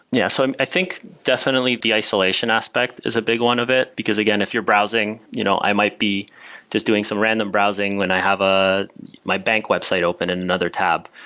yeah. so and i think definitely the isolation aspect is a big one of it, because again, if you're browsing, you know i might be just doing some random browsing when i have ah my bank website open in another tab.